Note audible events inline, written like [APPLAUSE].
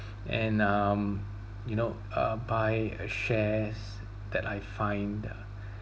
[BREATH] and um you know uh buy a shares that I find uh [BREATH]